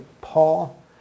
Paul